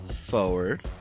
forward